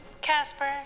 Casper